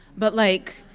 but, like,